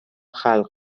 خلق